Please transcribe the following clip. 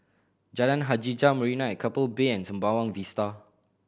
Jalan Hajijah Marina at Keppel Bay and Sembawang Vista